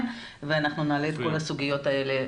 ואנחנו נעלה את כל הסוגיות האלה.